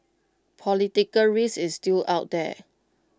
political risk is still out there